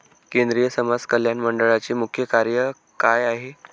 केंद्रिय समाज कल्याण मंडळाचे मुख्य कार्य काय आहे?